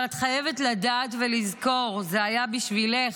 אבל את חייבת לדעת ולזכור, זה היה בשבילך,